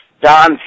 Don